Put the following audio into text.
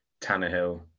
Tannehill